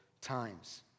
times